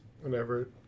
Whenever